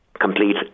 complete